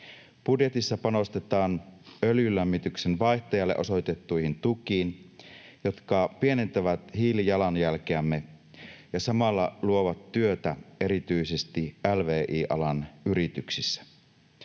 Budjetissa panostetaan öljylämmityksen vaihtajalle osoitettuihin tukiin, jotka pienentävät hiilijalanjälkeämme ja samalla luovat työtä erityisesti lvi-alan yrityksissä.